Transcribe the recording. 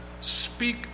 speak